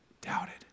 doubted